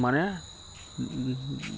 মানে